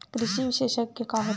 कृषि विशेषज्ञ का होथे?